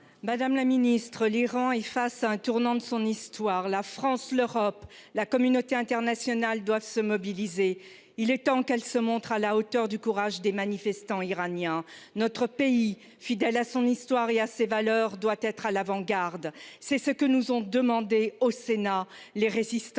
Madame la Ministre, l'Iran est face à un tournant de son histoire la France, l'Europe, la communauté internationale doivent se mobiliser. Il est temps qu'elle se montre à la hauteur du courage des manifestants iraniens notre pays. Fidèle à son histoire et à ses valeurs doit être à l'avant-garde. C'est ce que nous ont demandé au Sénat les résistants iraniens.